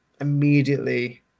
immediately